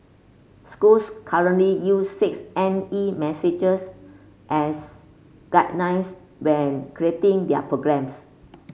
schools currently use six N E messages as guidelines when creating their programmes